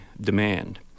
demand